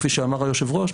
כפי שאמר היושב-ראש,